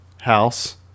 house